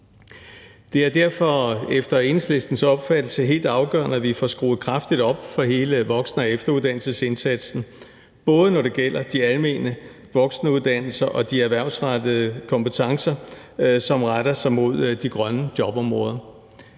opfattelse helt afgørende, at vi får skruet kraftigt op for hele voksen- og efteruddannelsesindsatsen, både når det gælder de almene voksenuddannelser og de erhvervsrettede kompetencer, som retter sig mod de grønne jobområder.